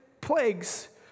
plagues